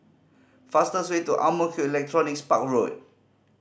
fastest way to Ang Mo Kio Electronics Park Road